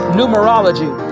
numerology